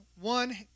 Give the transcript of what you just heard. one